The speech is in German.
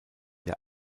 der